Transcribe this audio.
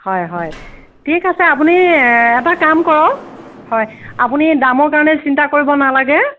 হয় হয় ঠিক আছে আপুনি এটা কাম কৰক হয় আপুনি দামৰ কাৰণে চিন্তা কৰিব নালাগে